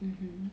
mmhmm